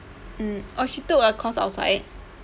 mm orh she took a course outside